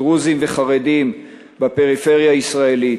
דרוזים וחרדים בפריפריה הישראלית.